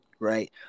right